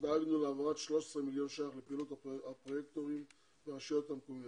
דאגנו להעברת 13 מיליון שקלים לפעילות הפרויקטורים ברשויות המקומיות.